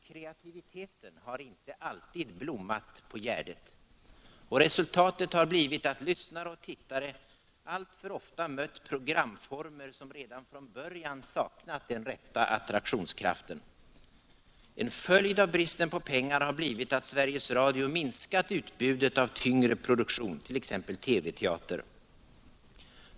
Kreativiteten har inte alltid blommat på Gärdet, och resultatet har blivit att lyssnare och tittare alltför ofta mött programformer, som redan från början saknat den rätta attraktionskraften. En följd av bristen på pengar har blivit att Sveriges Radio minskat utbudet av tyngre produktion, t.ex. TV-teater.